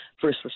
first